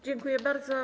Dziękuję bardzo.